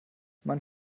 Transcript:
man